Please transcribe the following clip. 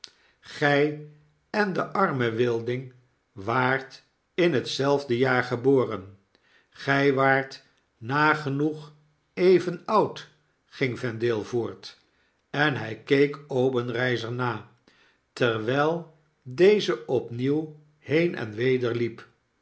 en de arme wilding waart inhetzelfde jaar geboren gij waart nagenoeg even oud ging vendale voort en hy keek obenreizer na terwijl deze opnieuw heen en weder liep